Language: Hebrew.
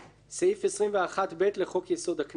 סעיף 21(ב) לחוק-יסוד: הכנסת,